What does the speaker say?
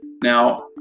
Now